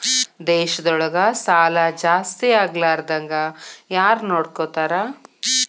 ದೇಶದೊಳಗ ಸಾಲಾ ಜಾಸ್ತಿಯಾಗ್ಲಾರ್ದಂಗ್ ಯಾರ್ನೊಡ್ಕೊತಾರ?